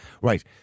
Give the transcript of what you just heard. Right